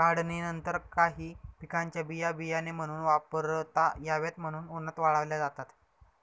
काढणीनंतर काही पिकांच्या बिया बियाणे म्हणून वापरता याव्यात म्हणून उन्हात वाळवल्या जातात